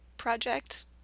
project